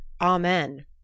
Amen